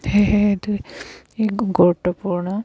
সেয়েহে অতি গুৰুত্বপূৰ্ণ